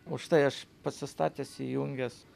už tai aš pasistatęs įjungęs